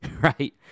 right